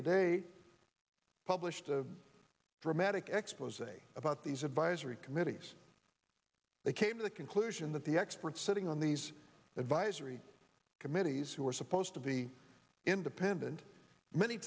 today published a dramatic expos about these advisory committees they came to the conclusion that the experts sitting on these advisory committees who are supposed to be independent many